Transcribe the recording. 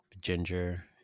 ginger